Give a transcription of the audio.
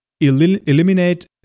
eliminate